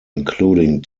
including